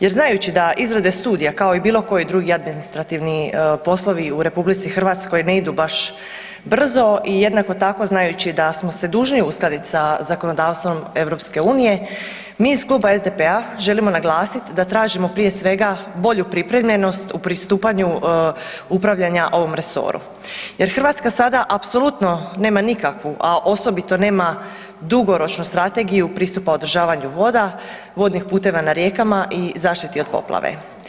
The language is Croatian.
Jer znajući da izrade studija kao i bilo koji drugi administrativni poslovi u RH ne idu baš brzo i jednako tako znajući da smo se dužni uskladiti sa zakonodavstvom EU mi iz Kluba SDP-a želimo naglasiti da tražimo prije svega bolju pripremljenost u pristupanju upravljanja ovom resoru jer Hrvatska sada apsolutno nema nikakvu, a osobito nema dugoročnu strategiju pristupa održavanju voda, vodnih puteva na rijekama i zaštiti od poplave.